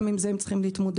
גם עם זה הם צריכים להתמודד.